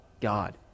God